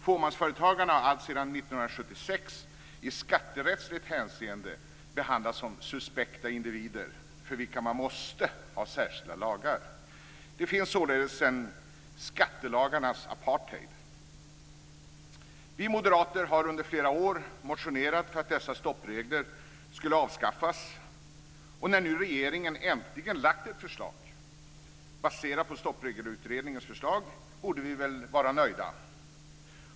Fåmansföretagarna har alltsedan 1976 i skatterättsligt hänseende behandlats som suspekta individer, för vilka man måste ha särskilda lagar. Det finns således en skattelagarnas apartheid. Vi moderater har under flera år motionerat för att dessa stoppregler skulle avskaffas, och när nu regeringen äntligen lagt fram ett förslag baserat på Stoppregelutredningens förslag borde vi väl vara nöjda.